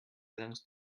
belongs